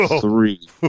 three